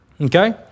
Okay